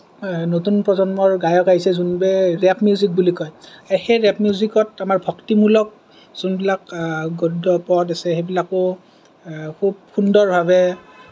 নতুন প্ৰজন্মৰ গায়ক আহিছে যোনবোৰক ৰেপ মিউজিক বুলি কয় এই সেই ৰেপ মিউজিকত আমাৰ ভক্তিমূলক যোনবিলাক গদ্যৰ ওপৰত আছে সেইবিলাকো খুব সুন্দৰভাৱে